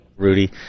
Rudy